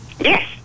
Yes